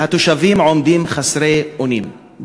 והתושבים עומדים חסרי אונים.